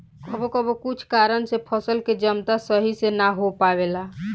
कबो कबो कुछ कारन से फसल के जमता सही से ना हो पावेला